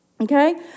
Okay